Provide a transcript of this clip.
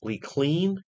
clean